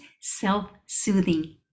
self-soothing